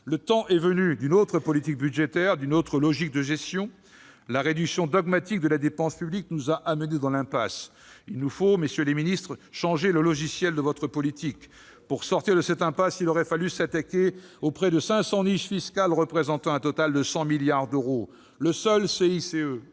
Le temps est venu d'une autre politique budgétaire, d'une autre logique de gestion. La réduction dogmatique de la dépense publique nous a conduits dans l'impasse. Il faut, messieurs les ministres, changer le logiciel de votre politique. Pour sortir de cette impasse, il aurait fallu s'attaquer aux près de 500 niches fiscales, qui représentent un total de 100 milliards d'euros. Le seul CICE,